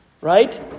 right